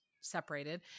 separated